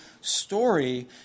story